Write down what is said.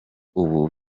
ubu